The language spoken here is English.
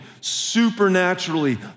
supernaturally